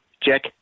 Jack